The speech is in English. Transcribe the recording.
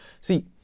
see